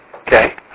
Okay